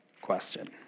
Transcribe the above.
question